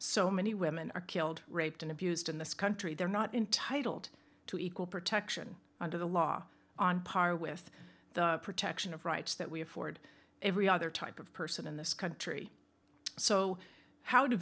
so many women are killed raped and abused in this country they're not intitled to equal protection under the law on par with the protection of rights that we afford every other type of person in this country so how